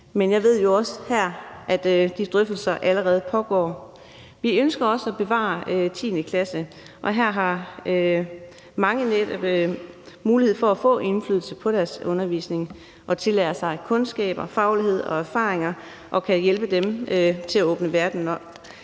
Men jeg ved jo også, at de drøftelser allerede pågår. Vi ønsker også at bevare 10. klasse. Her har mange netop mulighed for at få indflydelse på deres undervisning og opnå kundskaber, faglighed og erfaringer, og det kan hjælpe dem til at åbne verden